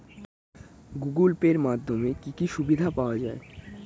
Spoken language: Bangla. গুগোল পে এর মাধ্যমে কি কি সুবিধা পাওয়া যায়?